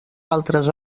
altres